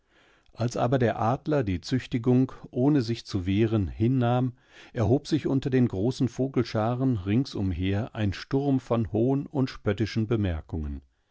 dasarmehuhnzuzerreißen dusolltestdichschämen alsaberder adler die züchtigung ohne sich zu wehren hinnahm erhob sich unter den großen vogelscharen ringsumher ein sturm von hohn und spöttischen bemerkungen